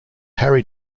harry